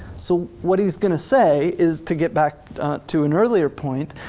so what he's gonna say is to get back to an earlier point,